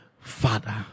Father